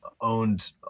owned